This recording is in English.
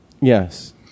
Yes